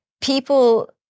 People